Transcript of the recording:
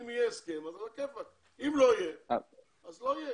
אם יהיה הסכם אז על הכיפק, אם לא יהיה אז לא יהיה.